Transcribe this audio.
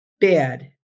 bad